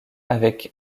avec